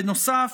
בנוסף,